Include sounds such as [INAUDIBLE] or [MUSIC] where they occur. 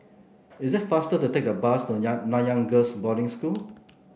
is it faster to take the bus to [UNINTELLIGIBLE] Nanyang Girls' Boarding School